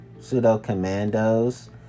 Pseudo-commandos